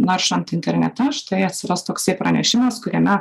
naršant internete štai atsiras toks pranešimas kuriame